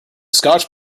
scottish